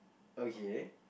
okay